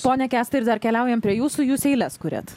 pone kęstai ir dar keliaujam prie jūsų jūs eiles kuriat